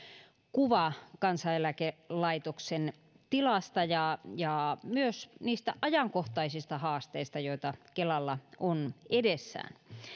kuva kansaneläkelaitoksen tilasta ja ja myös niistä ajankohtaisista haasteista joita kelalla on edessään